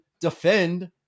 defend